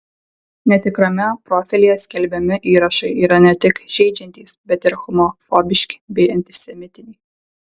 netikrame profilyje skelbiami įrašai yra ne tik žeidžiantys bet ir homofobiški bei antisemitiniai